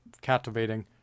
captivating